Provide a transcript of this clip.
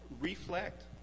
Reflect